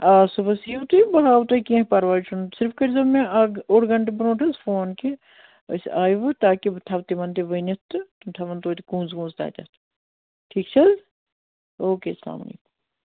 آ صُبحَس یِیِو تُہۍ بہٕ ہاوٕ تۄہہِ کیٚنٛہہ پَرواے چھُنہٕ صرف کٔرۍزیو مےٚ اَکھ اوٚڑ گَنٹہٕ برٛونٛٹھ حظ فون کہِ أسۍ آیِوٕ تاکہِ بہٕ تھاوٕ تِمَن تہِ ؤنِتھ تہٕ تِم تھاوان تویتہِ کُنٛز وُنٛز تَتٮ۪تھ ٹھیٖک چھِ حظ اوکے السلامُ علیکُم